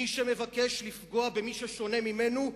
מי שמבקש לפגוע במי ששונה ממנו,